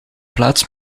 plaats